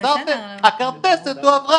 לא מסרתם?',